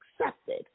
accepted